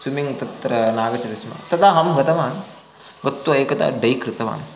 swimming तत्र नागच्छति स्म तदाहं गतवान् गत्वा एकदा डै कृतवान्